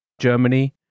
Germany